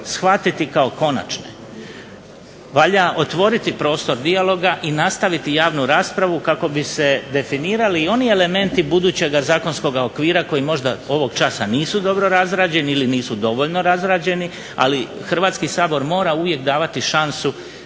shvatiti kao konačne. Valja otvoriti prostor dijaloga i nastaviti javnu raspravu kako bi se definirali i oni elementi budućeg zakonskog okvira koji možda ovog časa nisu dovoljno razrađeni ili nisu dobro razrađeni ali Hrvatski sabor uvijek mora davati šansu